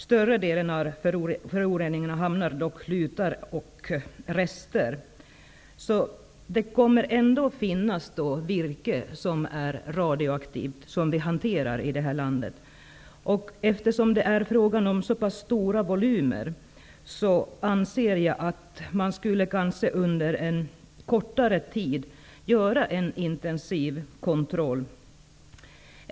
Även om det mesta av föroreningarna hamnar i lutar och rester, kommer det ändå att finnas radioaktivt virke som hanteras här i landet. Eftersom det är fråga om så pass stora volymer, anser jag att man under en kortare tid skulle göra en intensiv kontroll.